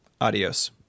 Adios